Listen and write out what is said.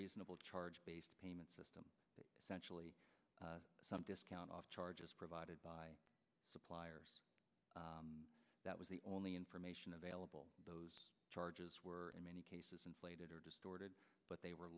reasonable charge based payment system sensually some discount off charges provided by supplier that was the only information available those charges were in many cases inflated or distorted but they were